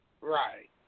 Right